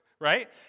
right